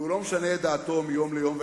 והוא לא משנה את דעתו מיום ליום,